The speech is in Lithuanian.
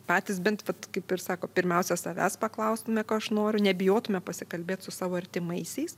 patys bent vat kaip ir sako pirmiausia savęs paklaustume ko aš noriu nebijotume pasikalbėt su savo artimaisiais